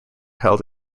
held